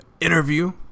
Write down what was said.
interview